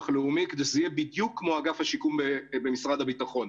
הלאומי כדי שזה יהיה בדיוק כמו אגף השיקום במשרד הביטחון.